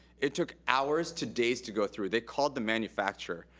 it took hours to days to go through. they called the manufacturer.